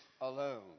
alone